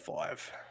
five